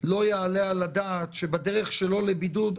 לא יעלה על הדעת שבדרך שלו לבידוד.